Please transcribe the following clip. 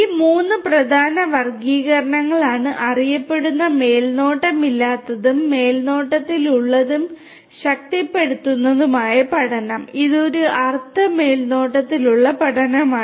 ഈ മൂന്ന് പ്രധാന വർഗ്ഗീകരണങ്ങളാണ് അറിയപ്പെടുന്ന മേൽനോട്ടമില്ലാത്തതും മേൽനോട്ടത്തിലുള്ളതും ശക്തിപ്പെടുത്തുന്നതുമായ പഠനം ഇത് ഒരു അർദ്ധ മേൽനോട്ടത്തിലുള്ള പഠനമാണ്